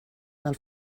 del